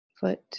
foot